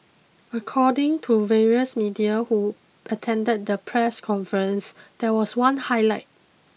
according to various media who attended the press conference there was one highlight